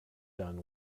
done